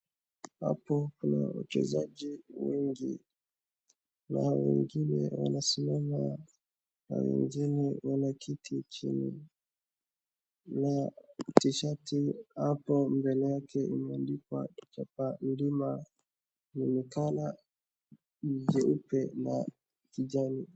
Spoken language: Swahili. Hapo kuna wachezaji wengi, na wengine wanasimama, kama wengine wanaketi chini, na t-shirt hapo mbele yake imeandikwa chapa mlima inaonekana jeupe na kijani.